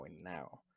now